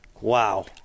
wow